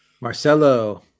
Marcelo